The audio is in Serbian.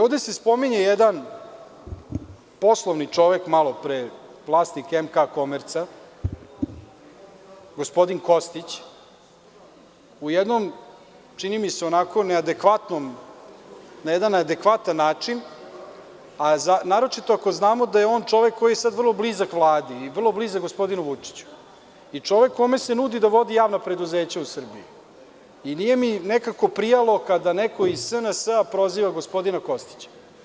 Ovde se spominje jedan poslovni čovek malopre, vlasnik MK Komerca, gospodin Kostić u jednom, čini mi se onako na jedan adekvatan način, a naročito ako znamo da je on čovek koji je sad vrlo blizak Vladi i vrlo blizak gospodinu Vučiću, i čovek kome se nudi da vodi javna preduzeća u Srbiji, i nije mi nekako prijalo kada neko iz SNS proziva gospodina Kostića.